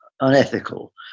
unethical